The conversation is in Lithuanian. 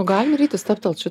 o galim ryti stabtelt čia